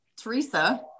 Teresa